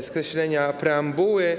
skreślenia preambuły.